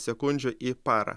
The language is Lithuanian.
sekundžių į parą